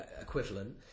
equivalent